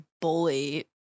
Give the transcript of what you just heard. bully